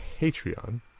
Patreon